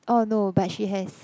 orh no but she has